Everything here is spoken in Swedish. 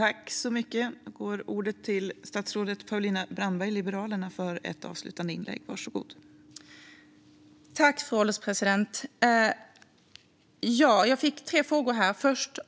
Fru ålderspresident! Jag fick tre frågor. Annika Hirvonen undrade